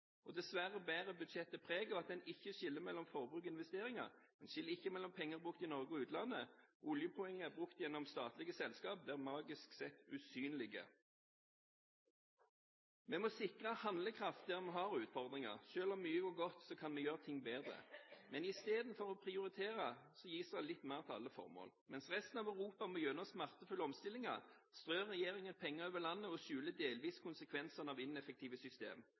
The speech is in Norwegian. Dessverre bærer budsjettet preg av at en ikke skiller mellom forbruk og investeringer, en skiller ikke mellom penger brukt i Norge og i utlandet. Oljepenger brukt gjennom statlige selskaper blir magisk sett usynlige. Vi må sikre handlekraft der vi har utfordringer. Selv om mye går godt, kan vi gjøre ting bedre. Men istedenfor å prioritere gis det litt mer til alle formål. Mens resten av Europa må gjennom smertefulle omstillinger, strør regjeringen penger over landet og skjuler delvis konsekvensene av